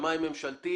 שמאי ממשלתי